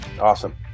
Awesome